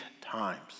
times